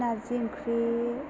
नारजि ओंख्रि